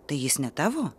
tai jis ne tavo